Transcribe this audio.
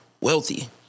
wealthy